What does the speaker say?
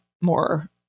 more